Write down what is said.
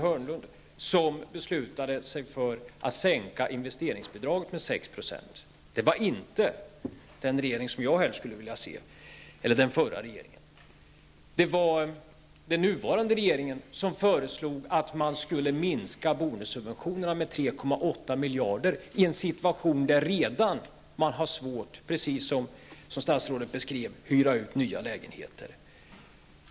Hörnlund, som beslutade att sänka investeringsbidraget med 6 %. Det var inte den regering som jag helst skulle vilja se -- den förra regeringen -- som gjorde detta. Det var den nuvarande regeringen som föreslog att man skulle minska boendesubventionerna med 3,8 miljarder i en situation där det, precis som statsrådet sade, redan är svårt att hyra ut nya lägenheter.